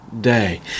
day